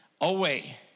away